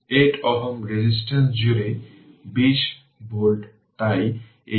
সুতরাং i এর মধ্য দিয়ে কারেন্ট প্রবাহিত হচ্ছে